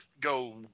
go